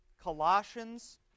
Colossians